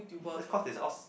that's cause they